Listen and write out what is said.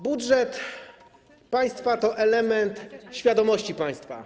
Budżet państwa to element świadomości państwa.